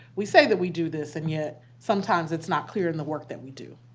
we say that we do this. and yet sometimes, it's not clear in the work that we do.